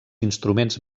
instruments